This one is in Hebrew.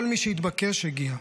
כל מי שהתבקש, הגיע.